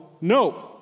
no